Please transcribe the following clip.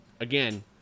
Again